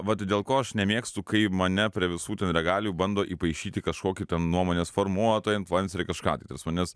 vat dėl ko aš nemėgstu kai mane prie visų ten regalijų bando įpaišyti kažkokį ten nuomonės formuotoją influencerį kažką tai ta prasme nes